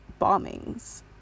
bombings